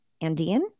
Andean